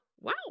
Wow